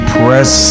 press